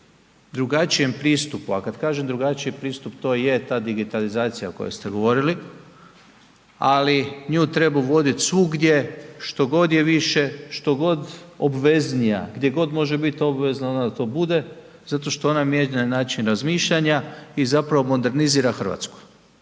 drugačijem pristupu, a kad kažem drugačiji pristup, to je ta digitalizacija o kojoj ste govorili, ali nju treba voditi svugdje što god je više, što god obveznija, gdje god može bit obvezna, onda to bude zato što ona mijenja način razmišljanja i zapravo modernizira Hrvatsku.